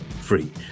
free